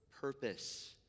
purpose